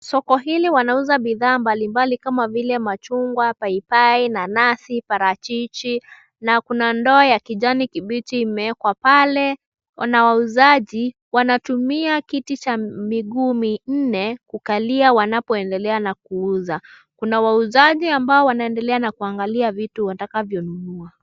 Soko hili wanauza bidhaa mbalimbali kama vile machungwa, paipai, nanasi, parachichi na kuna ndoo ya kijani kibichi imewekwa pale na wauzaji wanatumia kiti cha miguu minne kukalia wanapoendelea na kuuza. Kuna wauzaji ambao wanaendelea na kuangalia vitu watakavyonunua.